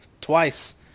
twice